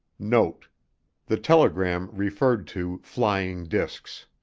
note the telegram referred to flying discs.